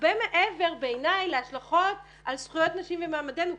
הרבה מעבר בעיניי להשלכות על זכויות נשים ומעמדנו.